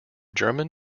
german